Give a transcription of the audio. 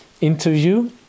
interview